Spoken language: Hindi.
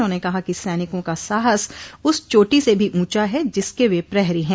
उन्होंने कहा कि सैनिकों का साहस उस चोटी से भी ऊंचा है जिसके वे प्रहरी हैं